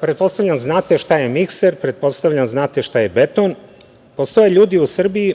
Pretpostavljam da znate šta je mikser, pretpostavljam da znate šta je beton. Postoje ljudi u Srbiji